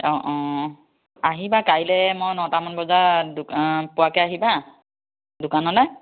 অঁ অঁ আহিবা কাইলৈ মই নটামান বজাত দোকান পোৱাকৈ আহিবা দোকানলৈ